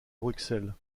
bruxelles